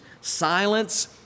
silence